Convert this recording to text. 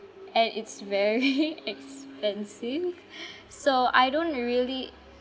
and it's very expensive so I don't really